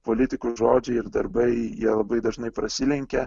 politikų žodžiai ir darbai jie labai dažnai prasilenkia